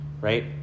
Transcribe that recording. Right